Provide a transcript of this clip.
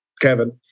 kevin